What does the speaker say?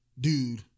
dude